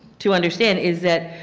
to understand is that